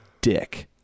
Dick